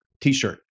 T-shirt